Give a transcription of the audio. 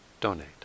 donate